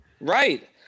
Right